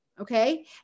okay